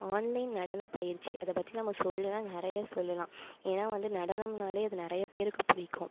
online நடனப்பயிற்சி அதைப்பத்தி நம்ம சொல்லனும்ன்னா நிறையா சொல்லலாம் ஏன்னா வந்து நடனம்ன்னாலே அது நிறையா பேருக்கு பிடிக்கும்